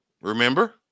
Remember